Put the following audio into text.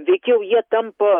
veikiau jie tampa